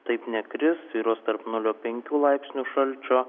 taip nekris svyruos tarp nulio penkių laipsnių šalčio